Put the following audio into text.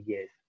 Yes